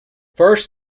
first